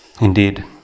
Indeed